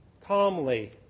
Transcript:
calmly